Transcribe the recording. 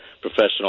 professional